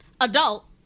Adult